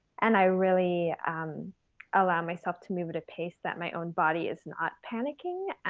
and i really allow myself to move at a pace that my own body is not panicking.